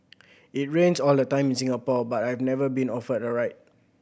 it rains all the time in Singapore but I've never been offered a ride